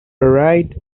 varied